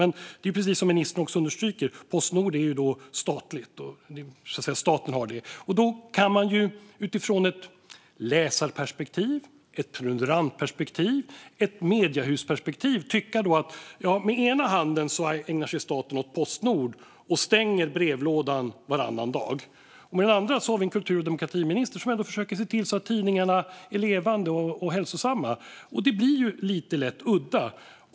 Men precis som ministern understryker är Postnord statligt. Då kan man ur ett läsarperspektiv, ett prenumerantperspektiv och ett mediehusperspektiv tycka att staten med ena handen ägnar sig åt Postnord och stänger brevlådan varannan dag, med den andra via kultur och demokratiministern försöker se till att tidningarna är levande och hälsosamma. Det blir lite lätt udda.